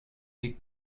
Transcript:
des